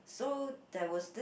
so there was this